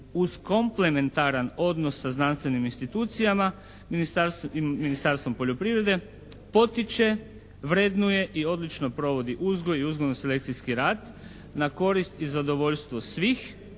uz komplementaran odnos sa znanstvenim institucijama i Ministarstvom poljoprivrede potiče, vrednuje i odlično provodi uzgoj i uzgojno-selekcijski rad na korist i zadovoljstvo svih